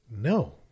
no